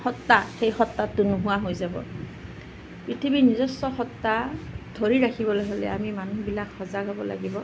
সত্তা সেই সত্তাটো নোহোৱা হৈ যাব পৃথিৱীৰ নিজস্ৱ সত্তা ধৰি ৰাখিবলে হ'লে আমি মানুহবিলাক সজাগ হ'ব লাগিব